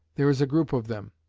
there is a group of them,